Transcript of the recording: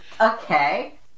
okay